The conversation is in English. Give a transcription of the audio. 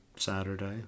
saturday